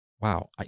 Wow